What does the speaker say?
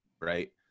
right